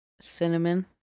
cinnamon